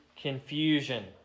confusion